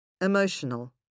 Emotional